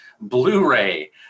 Blu-ray